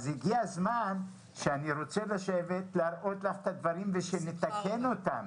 אז הגיע הזמן לשבת ולהראות לך את הדברים ושנתקן אותם.